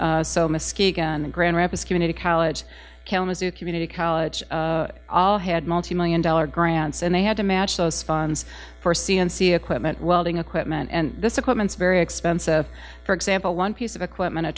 the grand rapids community college kalamazoo community college all had multi million dollar grants and they had to match those funds for c n c equipment welding equipment and this equipment is very expensive for example one piece of equipment